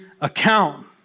account